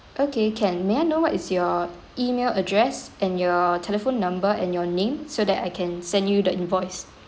okay can may I know what is your email address and your telephone number and your name so that I can send you the invoice